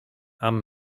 i’m